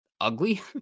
ugly